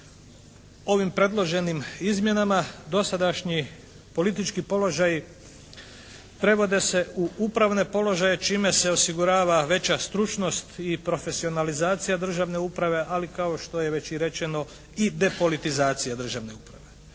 Ovim predloženim izmjenama dosadašnji politički položaji prevode se u upravne položaje čime se osigurava veća stručnost i profesionalizacija državne uprave, ali kao što je već i rečeno i depolitizacija državne uprave.